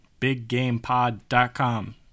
BigGamePod.com